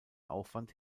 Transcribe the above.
aufwand